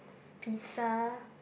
pizza